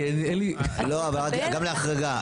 לא, אבל גם להחרגה.